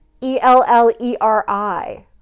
E-L-L-E-R-I